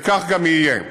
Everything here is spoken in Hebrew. וכך גם יהיה.